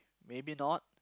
maybe not